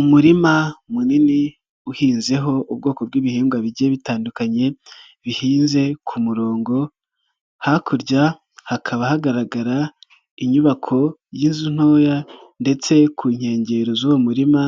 Umurima munini uhinzeho ubwoko bw'ibihingwa bigiye bitandukanye bihinze ku murongo, hakurya hakaba hagaragara inyubako y'inzu ntoya ndetse ku nkengero z'uwo muririma